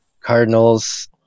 Cardinals